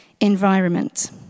environment